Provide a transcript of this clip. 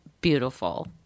beautiful